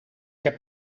heb